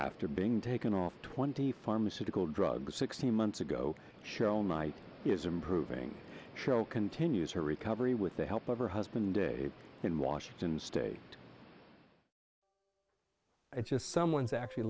after being taken off twenty pharmaceutical drugs sixteen months ago shown might is improving show continues her recovery with the help of her husband a in washington state i just someone's actually